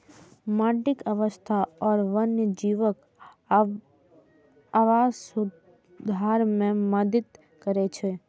माटिक स्वास्थ्य आ वन्यजीवक आवास सुधार मे मदति करै छै